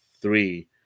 three